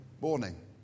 morning